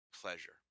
pleasure